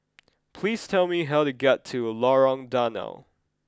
please tell me how to get to Lorong Danau